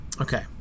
Okay